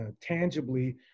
tangibly